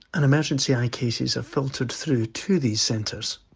and emergency eye cases are filtered through to these centres.